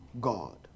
God